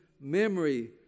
memory